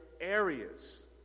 areas